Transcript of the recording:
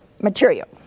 material